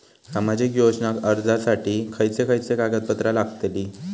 सामाजिक योजना अर्जासाठी खयचे खयचे कागदपत्रा लागतली?